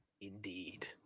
Indeed